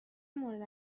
مورد